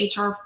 HR